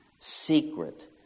Secret